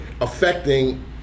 affecting